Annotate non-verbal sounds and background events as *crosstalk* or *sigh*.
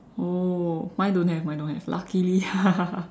oh mine don't have mine don't have luckily ya *laughs*